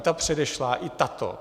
Ta předešlá i tato.